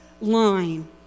line